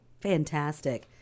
Fantastic